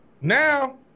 Now –